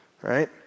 right